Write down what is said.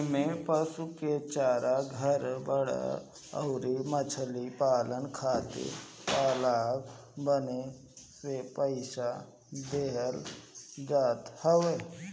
इमें पशु के चारा, घर, बाड़ा अउरी मछरी पालन खातिर तालाब बानवे के पईसा देहल जात हवे